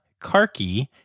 Karki